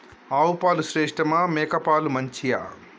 ఆవు పాలు శ్రేష్టమా మేక పాలు మంచియా?